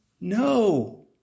No